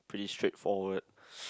pretty straightforward